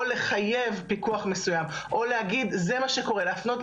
או לחייב פיקוח מסוים או להגיד שזה מה שקורה ולהפנות,